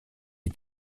est